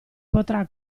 potrà